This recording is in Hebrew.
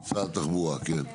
משרד התחבורה, כן.